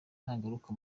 nagaruka